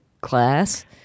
class